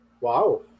Wow